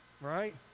right